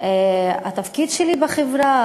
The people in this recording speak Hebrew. התפקיד שלי בחברה,